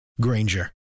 Granger